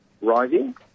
rising